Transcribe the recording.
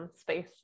space